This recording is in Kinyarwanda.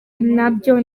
nabyo